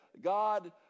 God